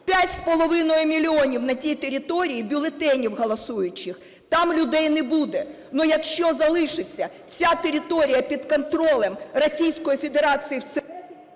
5,5 мільйонів на тій території бюлетенів голосуючих, там людей не буде. Але якщо залишиться ця територія під контролем